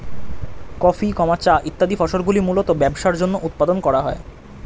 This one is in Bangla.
কফি, চা ইত্যাদি ফসলগুলি মূলতঃ ব্যবসার জন্য উৎপাদন করা হয়